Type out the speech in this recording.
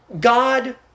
God